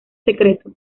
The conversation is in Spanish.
secreto